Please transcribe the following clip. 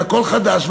הכול חדש,